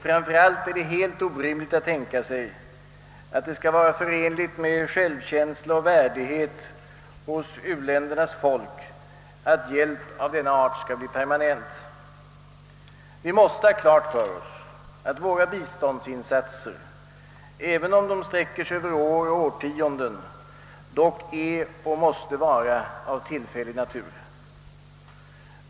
Framför allt är det helt orimligt att tänka sig att det skulle vara förenligt med självkänsla och värdighet hos u-ländernas folk att hjälp av denna art skulle bli permanent. Vi måste ha klart för oss att våra biståndsinsatser, även om de sträcker sig över år och årtionden, är och måste vara av tillfällig natur.